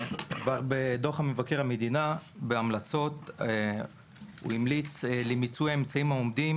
בדוח מבקר המדינה הוא המליץ על מיצוי האמצעים העומדים